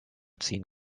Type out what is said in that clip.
ziehen